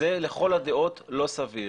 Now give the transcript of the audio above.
זה לכל הדעות לא סביר.